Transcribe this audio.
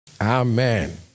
Amen